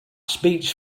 speech